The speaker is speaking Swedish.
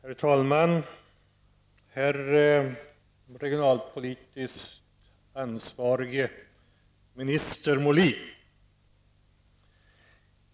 Herr talman! Herr regionalpolitiskt ansvarige minister Molin!